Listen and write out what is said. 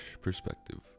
Perspective